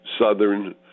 southern